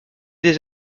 des